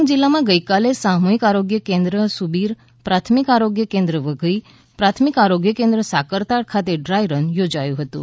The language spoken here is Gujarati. ડાંગ જીલ્લામાં ગઇકાલે સામૂહિક આરોગ્ય કેન્દ્ર સુબીર પ્રાથમિક આરોગ્ય કેન્દ્ર વઘઇ પ્રાથમિક આરોગ્ય કેન્દ્ર સાકરતાળ ખાતે ડ્રાય રન યોજાયુ હતુ